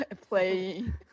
playing